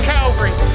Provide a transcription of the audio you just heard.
Calvary